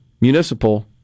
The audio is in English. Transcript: municipal